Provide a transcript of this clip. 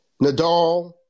Nadal